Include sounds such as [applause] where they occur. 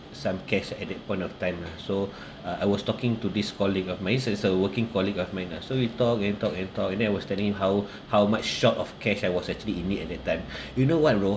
some cash at that point of time lah so [breath] uh I was talking to this colleague of mine so he's a working colleague of mine lah so we talk and talk and talk and then I was telling him how [breath] how much short of cash I was actually in need at that time [breath] you know what bro